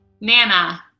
Nana